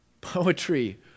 poetry